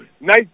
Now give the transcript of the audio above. nice